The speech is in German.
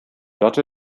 lotte